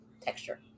texture